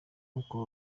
uko